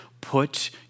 put